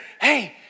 hey